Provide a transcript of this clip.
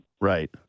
Right